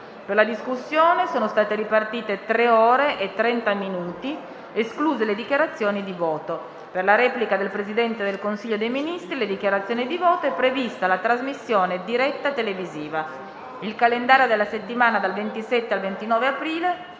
Per la discussione sono state ripartite tre ore e trenta minuti, escluse le dichiarazioni di voto. Per la replica del Presidente del Consiglio dei ministri e le dichiarazione di voto è prevista la trasmissione diretta televisiva. Il calendario della settimana dal 27 al 29 aprile